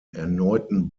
erneuten